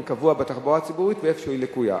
קבוע בתחבורה הציבורית ויודע כמה שהיא לקויה.